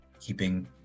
keeping